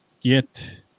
get